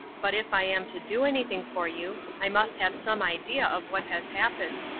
but if i am to do anything for you i must have some idea of what has happened